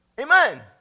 Amen